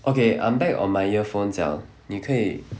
okay I'm back on my earphones liao 你可以